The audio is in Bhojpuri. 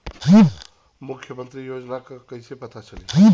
मुख्यमंत्री योजना कइसे पता चली?